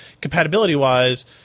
compatibility-wise